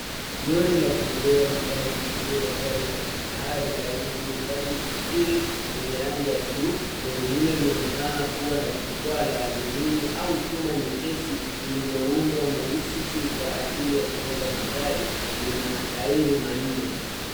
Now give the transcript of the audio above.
Lori la kubebea magari likibeba gari la kifahari aina ya BMW 4 series lenye rangi ya buluu. Lori hilo linaonekana kuwa na jukwaa la alimuni au chuma nyepesi lililoundwa mahususi kwa ajili ya kubeba magari na lini matairi manne.